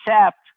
accept